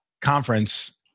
conference